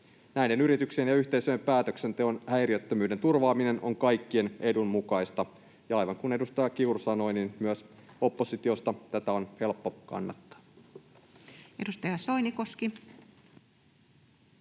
Näiden yrityksien ja yhteisöjen päätöksenteon häiriöttömyyden turvaaminen on kaikkien edun mukaista, ja aivan kuin edustaja Kiuru sanoi, myös oppositiosta tätä on helppo kannattaa. Edustaja Soinikoski.